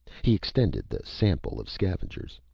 he extended the sample of scavengers.